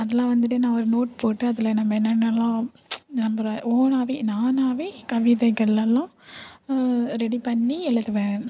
அதெலாம் வந்துட்டு நான் ஒரு நோட் போட்டு அதில் நம்ம என்னென்னல்லாம் அதில் ஓன்னாகவே நானாகவே கவிதைகளெல்லாம் ரெடி பண்ணி எழுதுவேன்